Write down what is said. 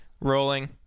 Rolling